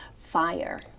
fire